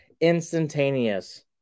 instantaneous